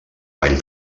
vall